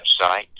website